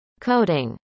coding